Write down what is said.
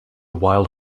wild